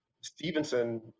Stevenson